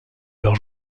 leurs